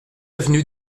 avenue